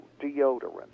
deodorant